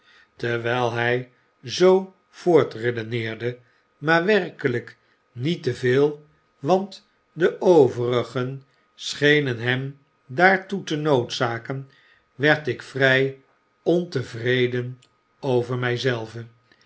terwyl bij zoo voortredeneerde maar werkelyk niet te veel want de overigen schenen hem daartoe te noodzaken werd ik vrij ontevreden over my